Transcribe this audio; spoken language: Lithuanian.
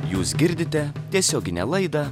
jūs girdite tiesioginę laidą